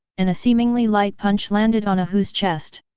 and a seemingly light punch landed on a hu's chest.